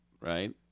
right